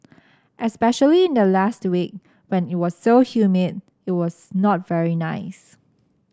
especially in the last week when it was so humid it was not very nice